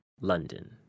London